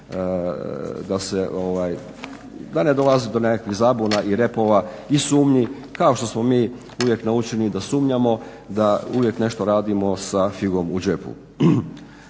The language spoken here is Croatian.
da ne dolazi do nekakvih zabuna i repova i sumnji kao što smo mi uvijek naučeni da sumnjamo da uvijek nešto radimo sa figom u džepu.